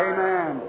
Amen